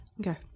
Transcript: Okay